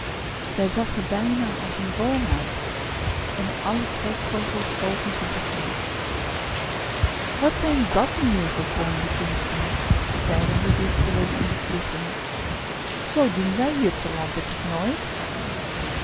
zij zag er bijna als een boom uit en alle trekvogels bogen er zich voor wat zijn dat nu weer voor vreemde kunsten zeiden de distelen en de klissen zoo doen wij hier te lande toch nooit